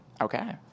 Okay